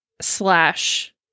slash